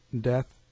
Death